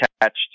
attached